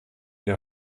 der